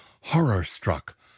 horror-struck